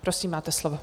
Prosím, máte slovo.